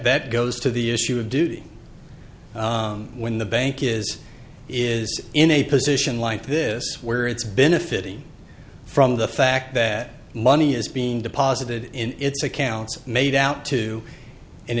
that goes to the issue of duty when the bank is is in a position like this where it's been a fitty from the fact that money is being deposited in its accounts made out to an